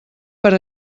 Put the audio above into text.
per